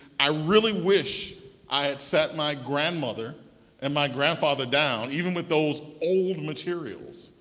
i really wish i had sat my grandmother and my grandfather down, even with those old materials,